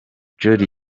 jolly